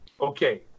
okay